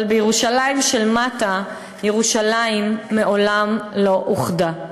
אבל בירושלים של מטה ירושלים מעולם לא אוחדה.